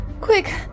Quick